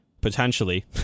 potentially